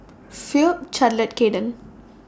Phoebe Charlotte Kaden